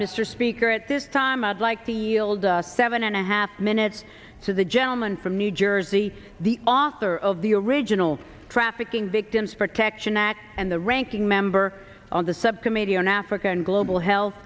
mr speaker at this time i'd like the yield seven and a half minutes to the gentleman from new jersey the author of the original trafficking victims protection act and the ranking member on the subcommittee on africa and global health